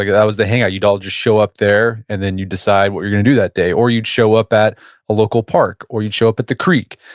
ah that was the hangout. you'd all just show up there, and then you'd decide what you were going to do that day. or you'd show up at a local park, or you'd show up at the creek.